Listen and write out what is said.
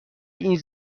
این